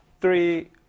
three